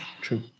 True